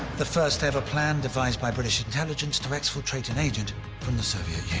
the first ever plan devised by british intelligence to exfiltrate an agent from the soviet